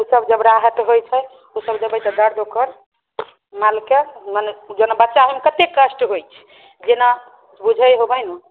ई सब जब राहत होइत छै ओ सब देबै तऽ दर्द ओकर मालके माने जेना बच्चा होयमे कतेक कष्ट होइत छै जेना बुझैत होबै ने